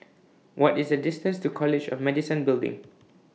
What IS The distance to College of Medicine Building